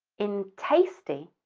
in tasty,